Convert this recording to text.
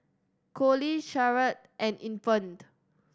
Coley Charolette and Infant